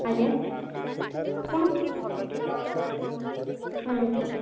ଆଜ୍ଞା ଆପଣ ଆଜ୍ଞା